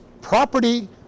property